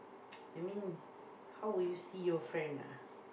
I mean how would you see your friend ah